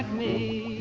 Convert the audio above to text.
me.